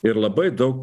ir labai daug